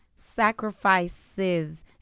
Sacrifices